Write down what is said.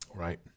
right